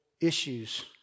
issues